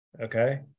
okay